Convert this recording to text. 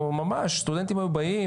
סטודנטים היו באים.